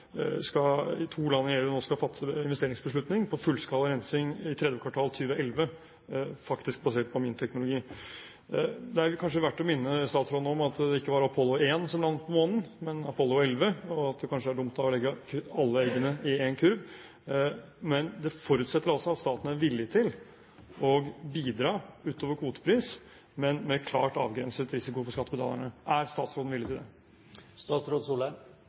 skal fatte investeringsbeslutning på fullskala rensing i tredje kvartal 2011 faktisk basert på aminteknologi. Det er kanskje verdt å minne statsråden om at det ikke var Apollo 1 som landet på månen, men Apollo 11, og at det kanskje er dumt å legge alle eggene i én kurv. Men det forutsetter altså at staten er villig til å bidra utover kvotepris, med klart avgrenset risiko for skattebetalerne. Er statsråden villig til det?